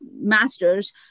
master's